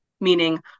meaning